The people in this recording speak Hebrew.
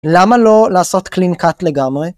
למה לא לעשות קלין קאט לגמרי?